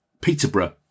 Peterborough